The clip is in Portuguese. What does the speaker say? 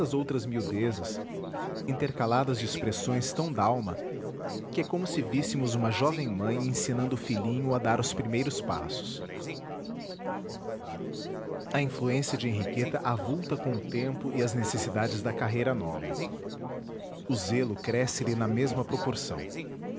outras miudezas intercaladas de expressões tão d'alma que é como se víssemos uma jovem mãe ensinando o filhinho a dar os primeiros passos a influência de henriqueta avulta com o tempo e as necessidades da carreira nova o zelo cresce lhe na mesma proporção